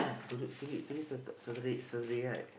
today today today Satur~ Saturday Saturday right